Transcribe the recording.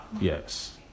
yes